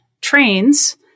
trains